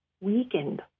weakened